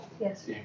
Yes